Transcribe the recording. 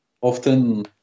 often